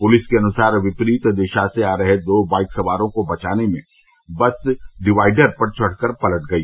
police के अनुसार विपरीत दिशा से आ रहे दो बाइक सवारों को बचाने में बस डिवाइडर पर चढ़ कर पलट गई